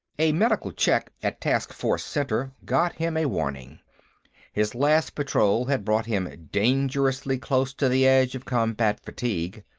a medical check at task force center got him a warning his last patrol had brought him dangerously close to the edge of combat fatigue.